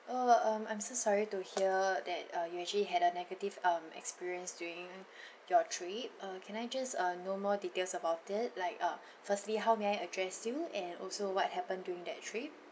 oh um I'm so sorry to hear that uh you actually had a negative um experience during your trip uh can I just uh know more details about it like uh firstly how may I address you and also what happened during that trip